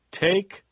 Take